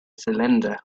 cylinder